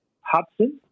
Hudson